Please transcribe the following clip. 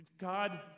God